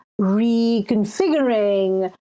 reconfiguring